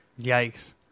Yikes